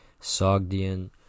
Sogdian